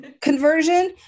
conversion